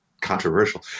controversial